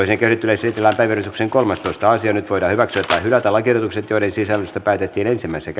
esitellään päiväjärjestyksen kolmastoista asia nyt voidaan hyväksyä tai hylätä lakiehdotukset joiden sisällöstä päätettiin ensimmäisessä